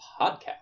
podcast